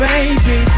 Baby